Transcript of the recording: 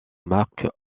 marques